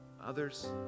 others